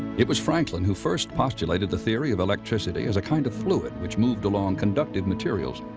it was franklin who first postulated the theory of electricity as a kind of fluid, which moved along conductive materials,